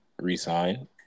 resign